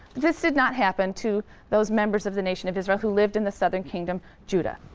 this did not happen to those members of the nation of israel who lived in the southern kingdom, judah.